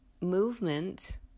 movement